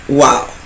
wow